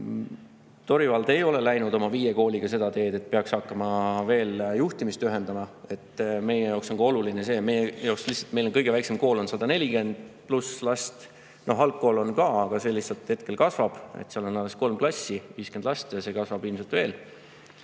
Tori vald ei ole läinud oma viie kooliga seda teed, et peaks hakkama juhtimist ühendama. Meie jaoks on ka see oluline. Meil on kõige väiksem kool 140 pluss last. Algkool on ka, aga see hetkel kasvab: seal on alles kolm klassi, 50 last ja see kasvab ilmselt veel.